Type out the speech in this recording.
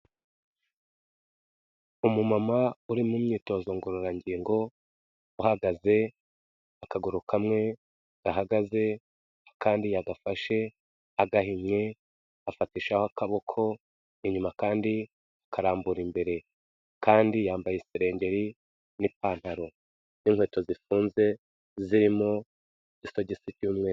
Umumama uri mu myitozo ngororangingo, uhagaze, akaguru kamwe gahagaze akandi yagafashe agahinnye agafatishaho akaboko inyuma kandi akarambura imbere kandi yambaye isengeri n'ipantaro n'inkweto zifunze zirimo isogisi ry'umweru.